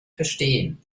verstehen